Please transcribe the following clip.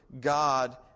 God